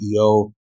CEO